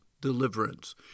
deliverance